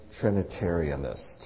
trinitarianist